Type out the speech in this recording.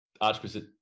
Archbishop